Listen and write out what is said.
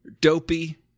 Dopey